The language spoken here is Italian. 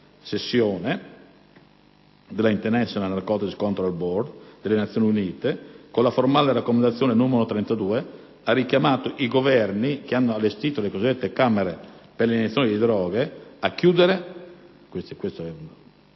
della 53a Sessione della CND, l'*International Narcotics Control Board* (INBC) delle Nazioni Unite, con la formale raccomandazione n. 32, ha richiamato i Governi che hanno allestito le cosiddette "camere per l'iniezione di droghe" a "chiudere